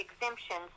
exemptions